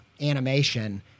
animation